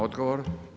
Odgovor.